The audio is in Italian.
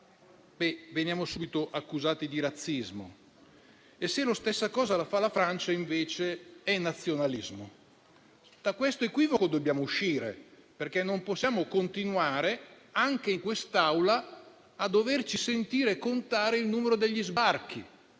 veniamo subito accusati di razzismo, mentre se la stessa cosa la fa la Francia è invece nazionalismo. Da questo equivoco dobbiamo uscire, perché non possiamo continuare anche in quest'Aula a doverci sentire contare il numero degli sbarchi